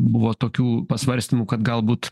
buvo tokių pasvarstymų kad galbūt